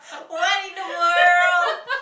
what in the world